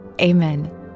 amen